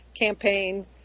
campaign